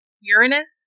Uranus